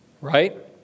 right